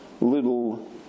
little